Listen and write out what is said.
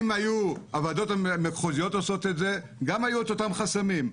אם היו הוועדות המחוזיות עושות את זה גם היו את אותם חסמים,